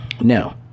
Now